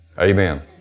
Amen